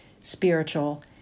spiritual